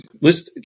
list